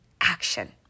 action